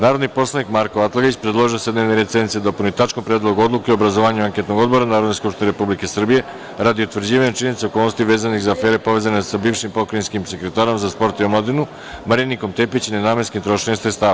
Narodni poslanik Marko Atlagić predložio je da se dnevni red sednice dopuni tačkom – Predlog odluke o obrazovanju anketnog odbora Narodne skupštine Republike Srbije radi utvrđivanja činjenica i okolnosti vezanih za afere povezane sa bivšim pokrajinskim sekretarom za sport i omladinu Marinikom Tepić i nenamenskim trošenjem sredstava.